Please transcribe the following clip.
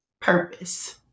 Purpose